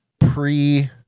pre